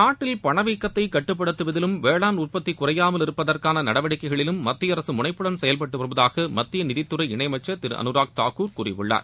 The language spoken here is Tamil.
நாட்டில் பணவீக்கத்தை கட்டுப்படுத்துவதிலும் வேளாண் உற்பத்தி குறையாமல் இருப்பதற்கான நடவடிக்கைகளிலும் மத்திய அரசு முனைப்புடன் செயல்பட்டு வருவதாக மத்திய நிதித்துறை இணை அமைச்சர் திரு அனுராக் தாகூர் கூறியுள்ளார்